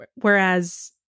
whereas